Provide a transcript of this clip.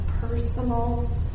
personal